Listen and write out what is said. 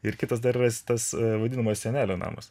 ir kitas dar yra tas vadinamas senelio namas